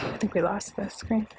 think we lost the screen.